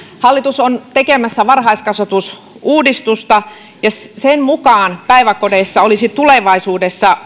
hallitus on tekemässä varhaiskasvatusuudistusta ja sen mukaan päiväkodeissa olisi tulevaisuudessa